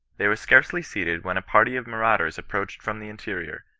they were scarcely seated when a party of marauders approached from the interior,